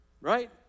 right